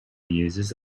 uses